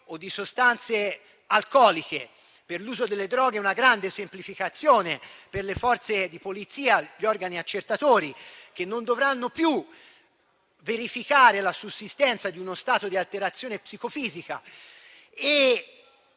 o di sostanze alcoliche. Per quanto riguarda l'uso delle droghe, c'è una grande semplificazione per le Forze di polizia: gli organi accertatori non dovranno più verificare la sussistenza di uno stato di alterazione psicofisica.